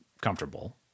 comfortable